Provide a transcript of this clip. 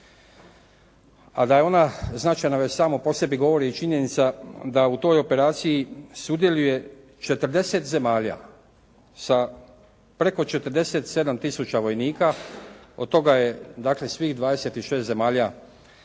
A da je ona značajna već samo po sebi govori i činjenica da u toj operaciji sudjeluje 40 zemalja sa preko 47 tisuća vojnika, od toga je dakle, svih 26 zemalja